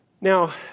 Now